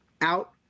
out